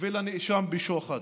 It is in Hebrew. ולנאשם בשוחד.